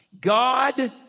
God